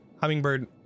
hummingbird